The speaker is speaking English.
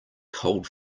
cold